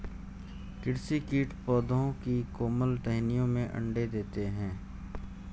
कृषि कीट पौधों की कोमल टहनियों में अंडे देते है